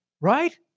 right